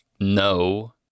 no